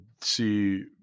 see